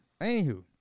anywho